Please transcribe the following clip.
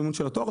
מימון של התואר.